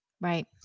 Right